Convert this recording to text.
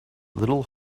little